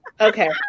Okay